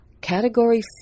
Category